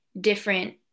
different